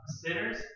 sinners